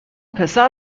پسر